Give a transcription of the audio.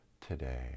today